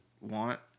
want